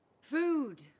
Food